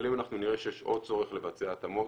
אבל אם אנחנו נראה שיש עוד צורך לבצע התאמות,